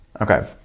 Okay